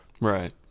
Right